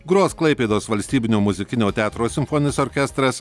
gros klaipėdos valstybinio muzikinio teatro simfoninis orkestras